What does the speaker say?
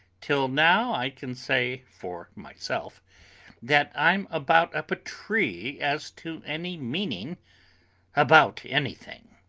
till now i can say for myself that i'm about up a tree as to any meaning about anything.